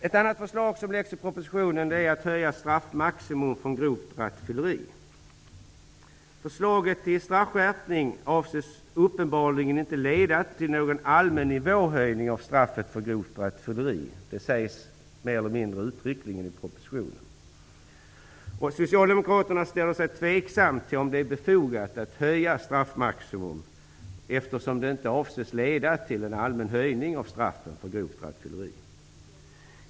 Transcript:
Ett annat förslag som läggs fram i propositionen är att höja straffmaximum för grovt rattfylleri. En straffskärpning anses uppenbarligen inte leda till någon allmän nivåhöjning av straffen för grovt rattfylleri. Det sägs mer eller mindre uttryckligen i propositionen. Socialdemokraterna ställer sig tveksamma till om det är befogat att höja straffmaximum, eftersom det inte anses leda till en allmän höjning av straffen för grovt rattfylleri.